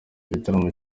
igitaramo